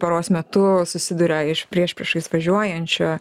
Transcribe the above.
paros metu susiduria iš priešpriešais važiuojančiu